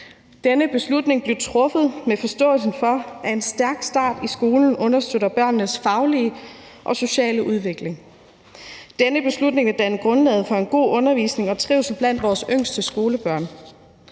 Denne beslutning blev truffet med forståelsen for, at en stærk start i skolen understøtter børnenes faglige og sociale udvikling. Denne beslutning vil danne grundlaget for en god undervisning og trivsel blandt vores yngste skolebørn.